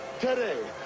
today